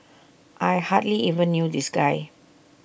I hardly even knew this guy